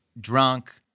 drunk